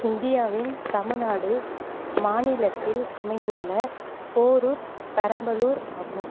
இந்தியாவின் தமிழ்நாடு மாநிலத்தில் அமைந்துள்ள போரூர் பெரம்பலூர் ஆகும்